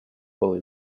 был